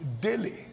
daily